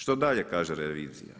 Što dalje kaže revizija?